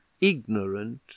ignorant